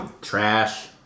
trash